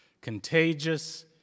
contagious